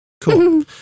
Cool